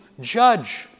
judge